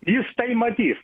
jis tai matys